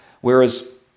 Whereas